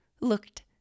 looked